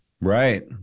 right